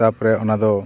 ᱛᱟᱯᱚᱨᱮ ᱚᱱᱟᱫᱚ